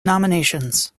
nominations